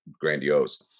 grandiose